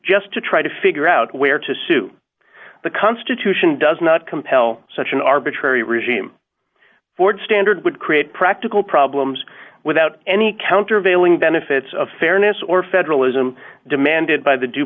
just to try to figure out where to sue the constitution does not compel such an arbitrary regime ford standard would create practical problems without any countervailing benefits of fairness or federalism demanded by the d